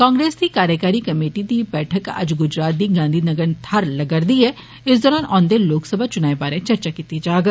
कांग्रेस दी कार्यकारी कमेटी दी बैठक अज्ज गुजरात दी गांधीनगर थाहर लग्गा रदी ऐ इस दौरान औन्दे लोकसभा चुनाएं बारै चर्चा कीती जाग